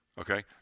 okay